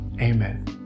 Amen